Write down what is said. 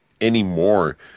Anymore